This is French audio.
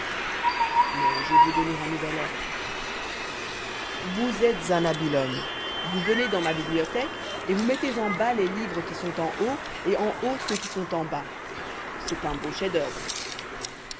mais je veux donner un nouvel ordre vous êtes un habile homme c'est à dire que vous venez dans ma bibliothèque et vous mettez en bas les livres qui sont en haut et en haut ceux qui sont en bas vous avez fait un chef-d'œuvre